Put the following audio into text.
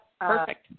perfect